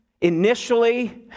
initially